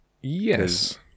yes